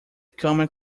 common